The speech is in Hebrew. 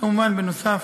כמובן נוסף